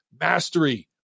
mastery